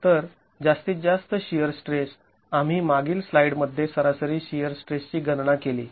तर जास्तीत जास्त शिअर स्ट्रेस आम्ही मागील स्लाइड मध्ये सरासरी शिअर स्ट्रेसची गणना केली